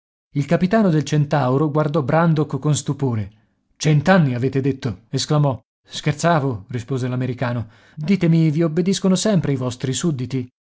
il capitano del centauro guardò brandok con stupore cent'anni avete detto esclamò scherzavo rispose l'americano ditemi vi obbediscono sempre i vostri sudditi